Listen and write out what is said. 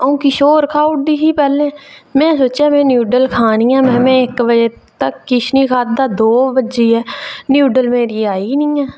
अऊं किश होर खाई ओड़दी ही पैह्लें में सोचेआ महां में न्यूड्ल खानी ऐ इक बजे तक्कर किश निं खाद्धा दो बज्जी गे न्यूड्ल मेरी आई निं ऐ